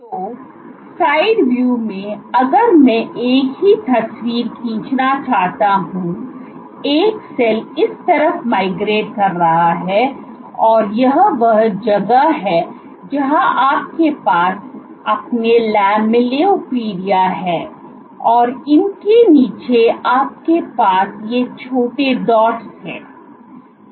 तो side view में अगर मैं एक ही तस्वीर खींचना चाहता हूं एक सेल इस तरफ माइग्रेट कर रहा है यह वह जगह है जहां आपके पास अपने लैमेलियोपोडिया हैं और इनके नीचे आपके पास ये छोटे डॉट्स हैं